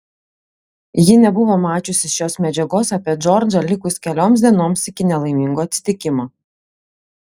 ji nebuvo mačiusi šios medžiagos apie džordžą likus kelioms dienoms iki nelaimingo atsitikimo